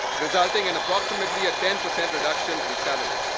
resulting in approximately a ten percent reduction in salary.